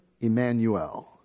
Emmanuel